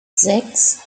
sechs